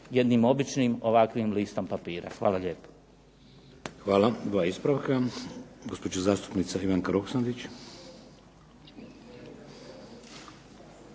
jednim običnim ovakvim listom papira. Hvala lijepa. **Šeks, Vladimir (HDZ)** Hvala. Dva ispravka. Gospođa zastupnica Ivanka Roksandić.